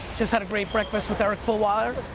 just had a great breakfast with eric fulwiler,